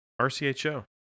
RCHO